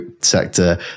sector